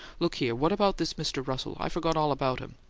look here! what about this mr. russell? i forgot all about him.